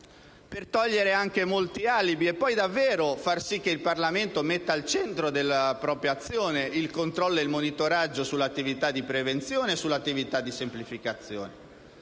per togliere anche molti alibi e, davvero, per far sì che il Parlamento ponga al centro della propria azione il controllo e il monitoraggio sull'attività di prevenzione e di semplificazione.